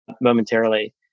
momentarily